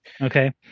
okay